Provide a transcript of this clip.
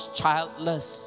childless